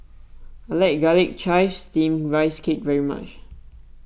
I like Garlic Chives Steamed Rice Cake very much